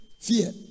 Fear